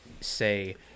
say